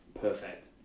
perfect